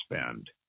spend